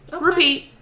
Repeat